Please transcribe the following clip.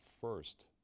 first